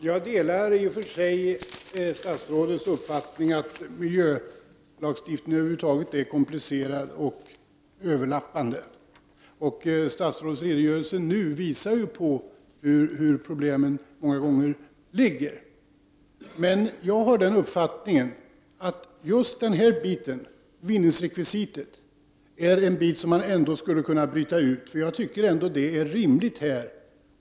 Herr talman! Jag delar i och för sig statsrådets uppfattning att miljölagstiftningen över huvud taget är komplicerad och överlappande. Statsrådets redovisning här visar hur problemen många gånger ligger. Men jag har den uppfattningen att just vinningsrekvisitet är en bit som man ändå skulle kunna byta ut. Det vore rimligt här.